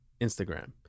Instagram